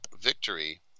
victory